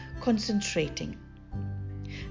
concentrating